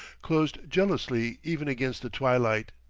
closed jealously even against the twilight.